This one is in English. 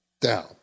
down